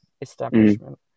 establishment